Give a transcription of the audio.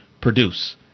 produce